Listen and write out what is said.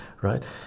right